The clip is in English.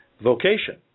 vocation